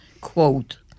quote